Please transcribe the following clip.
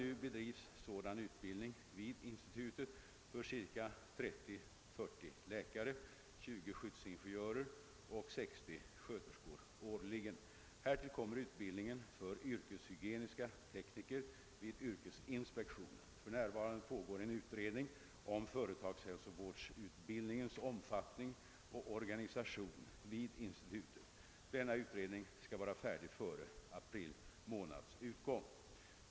nu bedrivs sådan utbildning vid institutet för ca 30—40 läkare, 20 skyddsingenjörer och 60 sköterskor årligen. Härtill kommer utbildning för yrkeshygieniska tekniker vid yrkesinspektionen. För närvarande pågår en utredning om företagshälsovårdsutbildningens omfattning och organisation vid institutet. Denna utredning skall vara färdig före april månads utgång.